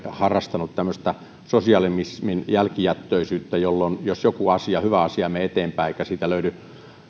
harrastanut tämmöistä sosialismin jälkijättöisyyttä jolloin jos joku hyvä asia ei mene eteenpäin eikä siitä löydy